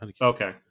Okay